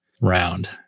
round